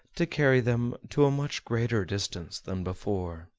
to carry them to a much greater distance than before.